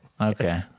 Okay